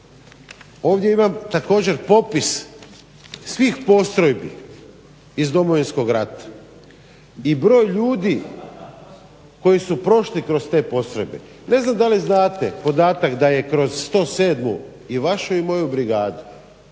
Ovdje imam također popis svih postrojbi iz Domovinskog rata i broj ljudi koji su prošli kroz te postrojbe. Ne znam dali znate podatak da je kroz 107.i vašu i moju brigadu